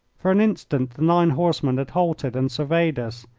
for an instant the nine horsemen had halted and surveyed us.